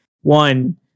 One